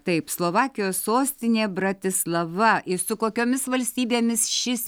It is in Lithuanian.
taip slovakijos sostinė bratislava su kokiomis valstybėmis šis